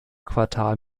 quartal